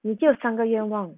你只有三个愿望